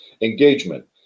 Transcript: engagement